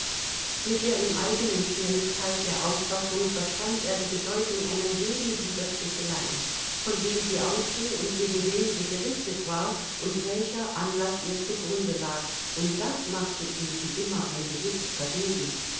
mit der ihm eigenen schnelligkeit der auffassung verstand er die bedeutung einer jeden dieser sticheleien von wem sie ausging und gegen wen sie gerichtet war und welcher anlaß ihr zugrunde lag und das machte ihm wie immer ein gewisses vergnügen